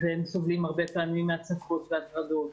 הרבה פעמים הם סובלים מהצקות והטרדות,